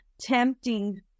tempting